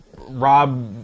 Rob